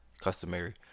customary